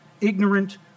ignorant